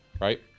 right